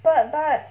but but